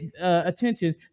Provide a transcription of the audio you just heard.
attention